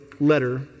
letter